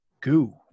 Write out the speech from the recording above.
goo